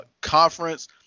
conference